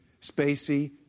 Spacey